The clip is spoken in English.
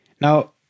Now